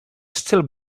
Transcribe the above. still